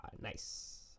Nice